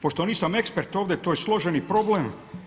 Pošto nisam ekspert ovdje to je složeni problem.